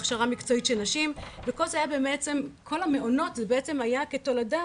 להכשרה מקצועית של נשים וכל המעונות זה בעצם היה כתולדה